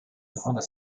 secondes